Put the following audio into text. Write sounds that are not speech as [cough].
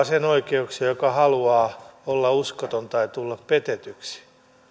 [unintelligible] sen oikeuksia joka haluaa olla uskoton tai tulla petetyksi